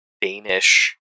Danish